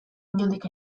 inondik